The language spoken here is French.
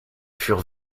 furent